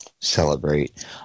celebrate